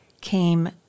came